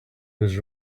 was